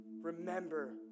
remember